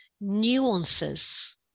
nuances